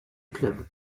club